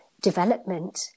development